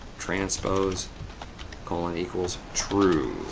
transpose colon equals true.